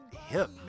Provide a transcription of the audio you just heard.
hip